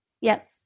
Yes